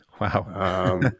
Wow